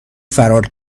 فرار